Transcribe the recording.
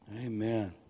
Amen